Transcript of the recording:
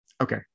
Okay